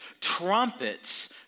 trumpets